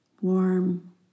warm